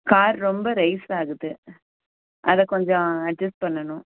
car ரொம்ப rise ஆகுது அதை கொஞ்சம் அட்ஜெஸ்ட் பண்ணணும்